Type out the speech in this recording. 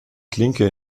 klinke